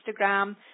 Instagram